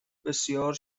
بسیار